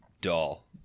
doll